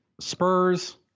Spurs